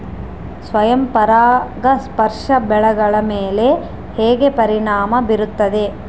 ಸ್ವಯಂ ಪರಾಗಸ್ಪರ್ಶ ಬೆಳೆಗಳ ಮೇಲೆ ಹೇಗೆ ಪರಿಣಾಮ ಬೇರುತ್ತದೆ?